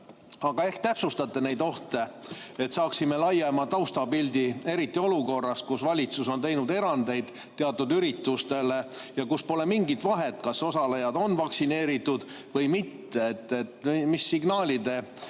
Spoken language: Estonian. Aga ehk täpsustate neid ohte, et saaksime laiema taustapildi, eriti olukorras, kus valitsus on teinud erandeid teatud üritustele ja kus pole mingit vahet, kas osalejad on vaktsineeritud või mitte. Mis signaali